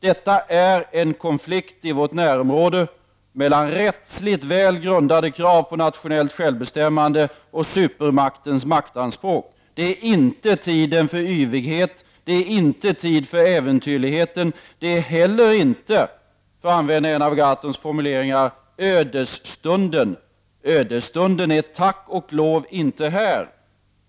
Detta är en konflikt i vårt närområde mellan rättsligt väl grundade krav på nationellt självbestämmande och supermaktens maktanspråk. Det är inte tid för yvighet, det är inte tid för äventyrlighet. Det är heller inte, för att använda en av Gahrtons formuleringar, ödesstunden. Ödesstunden är tack och lov inte här.